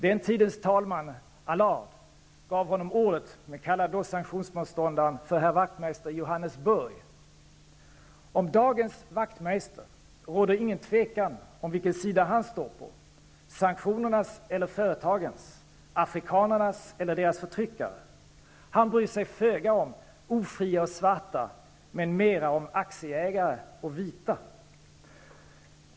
Den tidens talman, Allard, gav honom ordet men kallade då sanktionsmotståndaren för ''herr Wachtmeister i Det råder inget tvivel om vilken sida dagens Wachtmeister står på. Sanktionernas eller företagens? Afrikanernas eller deras förtryckares? Han bryr sig föga om ofria och svarta men mera om aktieägare och vita.